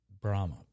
Brahma